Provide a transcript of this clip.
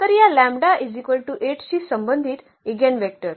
तर या च्याशी संबंधित इगेनवेक्टर